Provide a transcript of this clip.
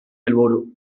helburu